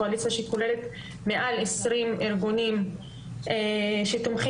הקואליציה שכוללת מעל 20 ארגונים שתומכים